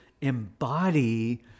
embody